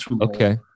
Okay